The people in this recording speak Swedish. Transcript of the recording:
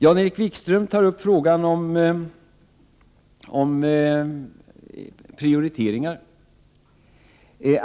Jan-Erik Wikström tog upp frågan om prioriteringar.